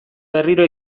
berriro